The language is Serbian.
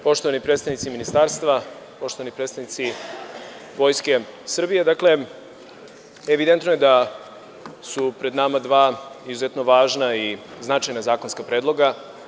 Poštovani predstavnici Ministarstva, poštovani predstavnici Vojske Srbije, evidentno je da su pred nama dva izuzetno važna i značajna zakonska predloga.